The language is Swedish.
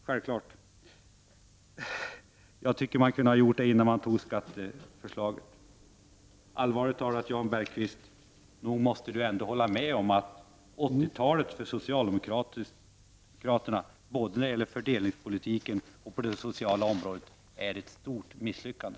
Jag tycker att man borde ha gjort en riktig analys innan man genomförde skatteomläggningen. Allvarligt talat: Nog måste Jan Bergqvist ändå hålla med om att socialdemokraternas politik, både fördelningspolitiken och socialpolitiken, är ett stort misslyckande.